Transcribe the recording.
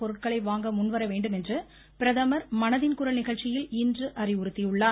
பொருட்களை வாங்க முன்வரவேண்டும் என்று பிரதமர் மனதின் குரல் நிகழ்ச்சியில் இன்று அறிவுறுத்தியுள்ளார்